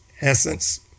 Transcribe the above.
essence